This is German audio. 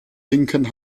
linken